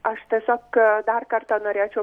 aš tiesiog dar kartą norėčiau